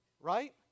Right